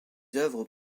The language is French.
œuvres